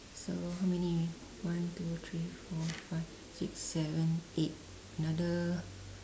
so how many one two three four five six seven eight another